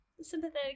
sympathetic